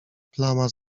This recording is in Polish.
plama